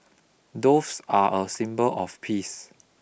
doves are a symbol of peace